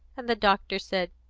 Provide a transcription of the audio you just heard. and the doctor said,